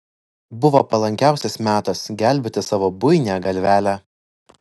buvo palankiausias metas gelbėti savo buinią galvelę